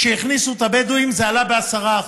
כשהכניסו את הבדואים זה עלה ב-10%.